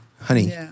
honey